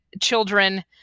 children